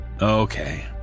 Okay